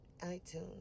iTunes